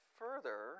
further